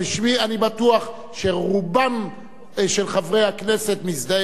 ואני בטוח שרובם של חברי הכנסת מזדהים אתי.